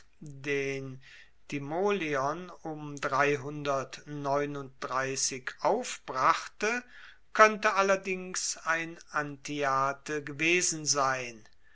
den timoleon um aufbrachte koennte allerdings ein antiate gewesen sein